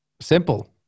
Simple